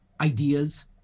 ideas